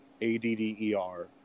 A-D-D-E-R